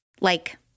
like-